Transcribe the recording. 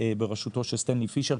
בראשותו של סטנלי פישר,